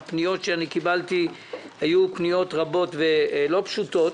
קיבלתי פניות רבות ולא פשוטות.